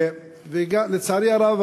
לצערי הרב,